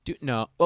No